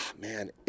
Man